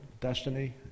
destiny